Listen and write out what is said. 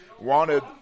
Wanted